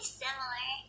similar